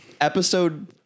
Episode